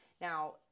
Now